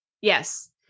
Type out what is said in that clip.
Yes